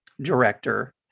director